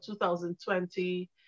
2020